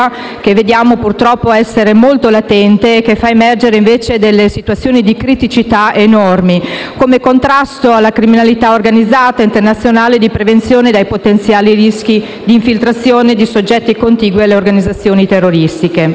che vediamo, purtroppo, essere molto latente e che fa emergere situazioni di criticità enormi, come contrasto alla criminalità organizzata ed internazionale e per prevenire potenziali rischi di infiltrazione di soggetti contigui alle organizzazioni terroristiche.